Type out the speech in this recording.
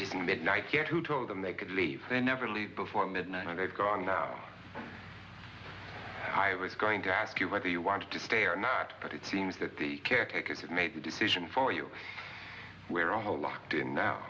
it's midnight here who told them they could leave they never leave before midnight they've gone now i was going to ask you whether you wanted to stay or not but it seems that the caretaker could make the decision for you where or how locked in now